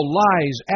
lies